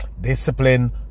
discipline